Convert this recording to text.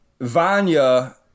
Vanya